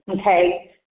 okay